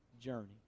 journey